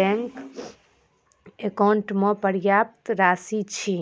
bank account मे पर्याप्त राशि छी